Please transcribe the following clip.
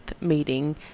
meeting